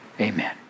Amen